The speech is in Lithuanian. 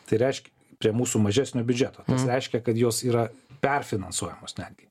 tai reiškia prie mūsų mažesnio biudžeto reiškia kad jos yra perfinansuojamos netgi